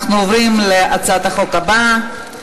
אנחנו עוברים להצעת החוק הבאה,